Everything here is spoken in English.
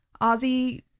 Ozzy